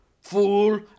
fool